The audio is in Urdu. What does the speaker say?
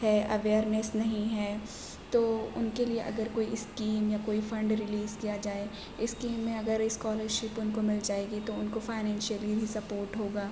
ہے اویئرنس نہیں ہے تو ان کے لئے اگر کوئی اسکیم یا کوئی فنڈ ریلیز کیا جائے اسکیم میں اگر اسکالرشپ ان کو مل جائے گی تو ان کو فائننشیئلی بھی سپورٹ ہوگا